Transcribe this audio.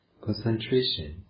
concentration